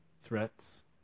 threats